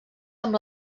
amb